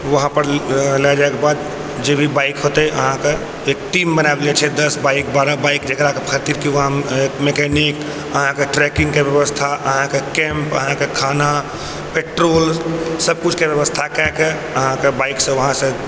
वहाँपर लए जाइक बाद जे भी बाइक होतै अहाँक एक टीम बना देल जाइ छै दस बाइक बारह बाइक जेकरा खातिर कि वहाँ मैकेनिक अहाँके ट्रेकिंगके व्यवस्था अहाँके कैम्प अहाँके खाना पेट्रोल सब किछुके व्यवस्था कए कऽ अहाँके बाइकसँ वहाँसँ